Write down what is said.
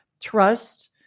trust